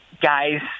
guys